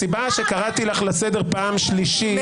הסיבה שקראתי לך לסדר פעם שלישית --- היא